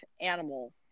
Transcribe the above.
animal